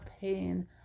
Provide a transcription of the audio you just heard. pain